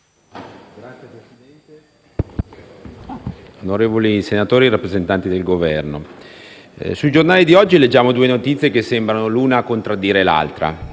Signor Presidente, onorevoli senatori, rappresentanti del Governo, sui giornali di oggi leggiamo due notizie che sembrano l'una contraddire l'altra.